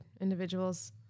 individuals